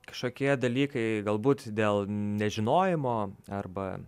kažkokie dalykai galbūt dėl nežinojimo arba